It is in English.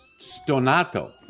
Stonato